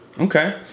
okay